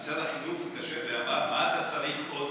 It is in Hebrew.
לצערי הרב,